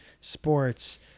sports